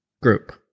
Group